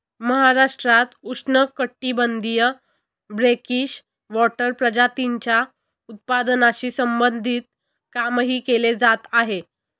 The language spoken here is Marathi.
महाराष्ट्रात उष्णकटिबंधीय ब्रेकिश वॉटर प्रजातींच्या उत्पादनाशी संबंधित कामही केले जात आहे